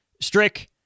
Strick